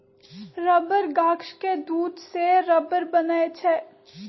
rubber गाछ के दूध से रबर बनै छै